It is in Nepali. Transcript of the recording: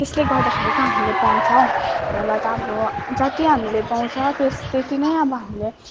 त्यसले गर्दाखेरि त हामीले पाउँछौँ नभए त अब जति हामीले पाउँछ त्यत्ति नै अब हामीले